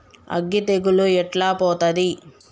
అగ్గి తెగులు ఎట్లా పోతది?